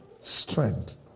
strength